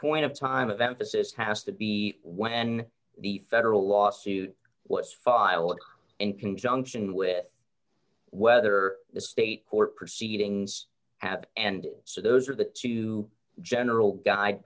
point of time of emphasis has to be when the federal lawsuit was filed in conjunction with whether the state court proceedings have and so those are the two general guide